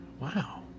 Wow